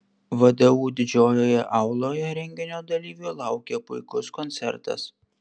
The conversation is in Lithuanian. vdu didžiojoje auloje renginio dalyvių laukė puikus koncertas